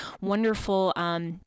wonderful